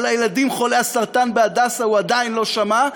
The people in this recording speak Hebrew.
על הילדים חולי הסרטן בהדסה הוא עדיין לא שמע,